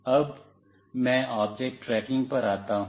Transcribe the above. अब मैं object tracking पर आता हूँ